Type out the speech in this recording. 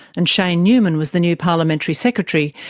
and shayne neumann was the new parliamentary secretary,